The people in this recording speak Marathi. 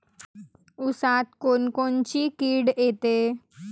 ऊसात कोनकोनची किड येते?